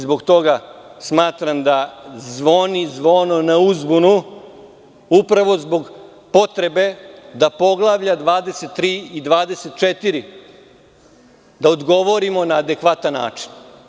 Zbog toga smatram da zvoni zvono na uzbunu, upravo zbog potrebe da poglavlja 23. i 24. odgovorimo na adekvatan način.